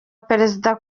perezida